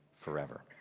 forever